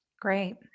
Great